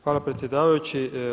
Hvala predsjedavajući.